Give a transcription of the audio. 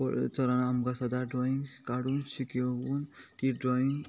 सरान आमकां सदां ड्रॉइंग काडून शिकून ती ड्रॉईंग